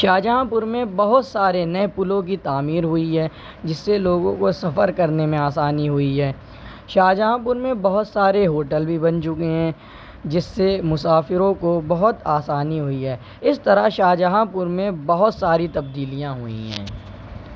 شاہ جہاں پور میں بہت سارے نئے پلوں کی تعمیر ہوئی ہے جس سے لوگوں کو سفر کرنے میں آسانی ہوئی ہے شاہ جہاں پور میں بہت سارے ہوٹل بھی بن چکے ہیں جس سے مسافروں کو بہت آسانی ہوئی ہے اس طرح شاہ جہاں پور میں بہت ساری تبدیلیاں ہوئیں ہیں